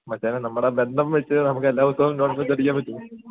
മച്ചാനെ നമ്മുടെ ബന്ധം വെച്ച് നമുക്ക് എല്ലാ ദിവസവും നോൺ വെജ് അടിക്കാൻ പറ്റുമോ